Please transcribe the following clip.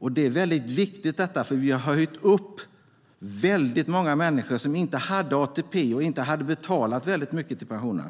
Detta är väldigt viktigt, för vi har höjt pensionen för många människor som inte hade ATP och inte hade betalat mycket till pensionen.